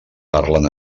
parlen